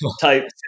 type